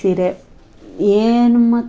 ಸೀರೆ ಏನು ಮ